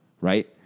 right